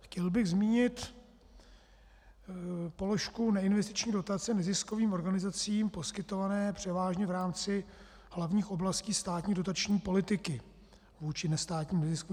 Chtěl bych zmínit položku neinvestiční dotace neziskovým organizacím poskytované převážně v rámci hlavních oblastí státní dotační politiky vůči nestátním neziskovým organizacím.